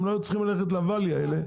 הם לא היו צריכים ללכת לוואלי האלה,